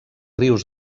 rius